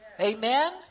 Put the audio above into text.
Amen